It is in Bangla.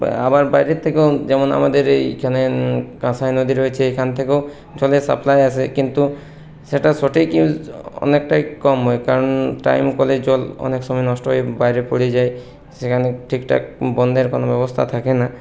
আবার বাইরের থেকেও যেমন আমাদের এইখানে কাঁসাই নদী রয়েছে এইখান থেকেও জলের সাপ্লাই আসে কিন্তু সেটার সঠিক ইউস অনেকটাই কম হয় কারণ টাইম কলের জল অনেক সময় নষ্ট হয়ে বাইরে পড়ে যায় সেখানে ঠিকঠাক বন্ধের কোনো ব্যবস্থা থাকে না